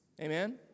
Amen